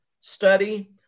study